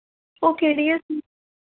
ਉਹ ਕਿਹੜੀਆਂ ਸੀ